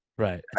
Right